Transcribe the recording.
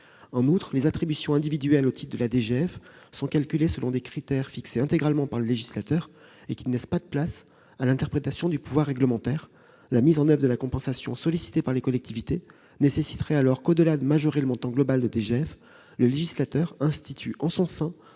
En outre, les attributions individuelles au titre de la dotation globale de fonctionnement sont calculées selon des critères fixés intégralement par le législateur et qui ne laissent pas de place à l'interprétation du pouvoir réglementaire. La mise en oeuvre de la compensation sollicitée par les collectivités nécessiterait alors que, au-delà de majorer le montant global de la DGF, le législateur institue en son sein